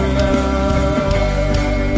love